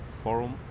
forum